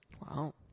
Wow